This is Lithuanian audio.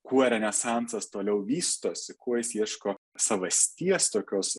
kuo renesansas toliau vystosi kuo jis ieško savasties tokios